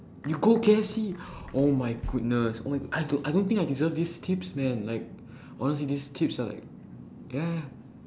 you go K_F_C oh my goodness oh m~ I don't I don't think I deserve these tips man honestly these tips are ya